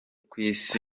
kw’isi